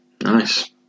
Nice